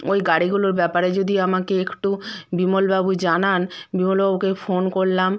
ওই গাড়িগুলোর ব্যাপারে যদি আমাকে একটু বিমলবাবু জানান বিমলবাবুকে ফোন করলাম